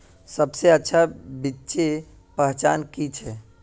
सबसे अच्छा बिच्ची पहचान की छे?